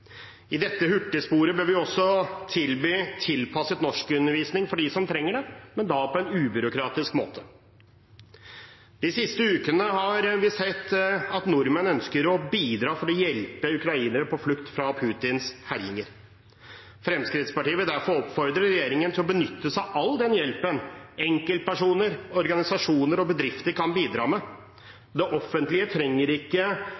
I dette hurtigsporet bør vi også tilby tilpasset norskundervisning for dem som trenger det, men da på en ubyråkratisk måte. De siste ukene har vi sett at nordmenn ønsker å bidra for å hjelpe ukrainere på flukt fra Putins herjinger. Fremskrittspartiet vil derfor oppfordre regjeringen til å benytte seg av all den hjelpen enkeltpersoner, organisasjoner og bedrifter kan bidra med. Det offentlige trenger ikke